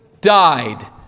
died